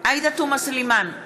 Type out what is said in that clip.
עאידה תומא סלימאן,